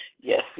yes